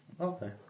Okay